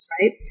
right